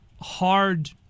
hard